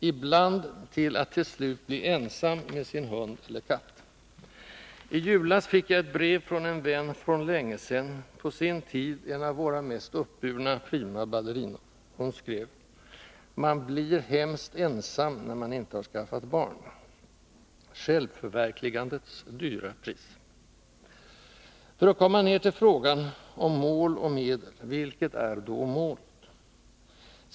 — Ibland till att till slut bli ensam, med sin hund eller katt. I julas fick jag ett brev från en vän från längesedan, på sin tid en av våra mest uppburna prima ballerinor. Hon skrev: ”Man blir hemskt ensam när man inte har skaffat barn.” Självförverkligandets dyra pris. För att komma ned till frågan om ”mål och medel” , vilket är då målet?